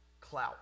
clout